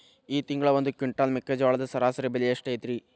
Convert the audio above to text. ಈ ತಿಂಗಳ ಒಂದು ಕ್ವಿಂಟಾಲ್ ಮೆಕ್ಕೆಜೋಳದ ಸರಾಸರಿ ಬೆಲೆ ಎಷ್ಟು ಐತರೇ?